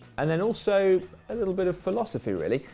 and then also a little bit of philosophy, really.